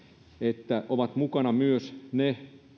että mukana ovat myös ne